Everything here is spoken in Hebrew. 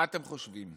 מה אתם חושבים,